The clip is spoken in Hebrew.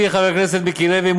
ידידי חבר הכנסת מיקי לוי,